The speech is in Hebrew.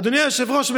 אדוני היושב-ראש,